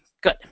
Good